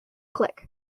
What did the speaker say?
click